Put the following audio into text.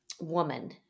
woman